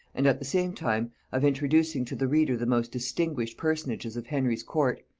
and at the same time of introducing to the reader the most distinguished personages of henry's court,